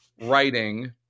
writing